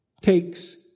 takes